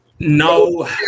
No